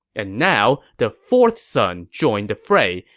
and now, the fourth son joined the fray,